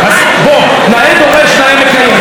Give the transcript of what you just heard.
אז בואו, נאה דורש, נאה מקיים.